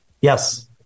Yes